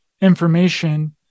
information